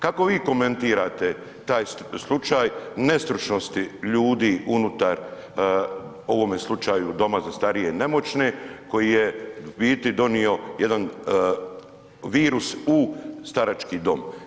Kako vi komentirate taj slučaj nestručnosti ljudi unutar, u ovome slučaju doma za starije i nemoćne koji je, u biti donio jedan virus u starački dom?